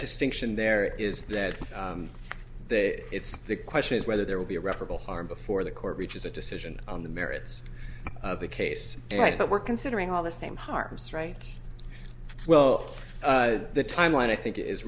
distinction there is that they it's the question is whether there will be irreparable harm before the court reaches a decision on the merits of the case but we're considering all the same harms rights well the timeline i think is